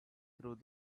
through